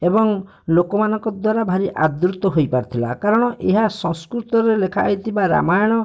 ଏବଂ ଲୋକମାନଙ୍କ ଦ୍ୱାରା ଭାରି ଆଦୃତ ହୋଇପାରିଥିଲା କାରଣ ଏହା ସଂସ୍କୃତରେ ଲେଖା ହେଇଥିବା ରାମାୟଣ